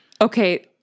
Okay